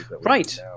Right